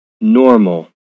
normal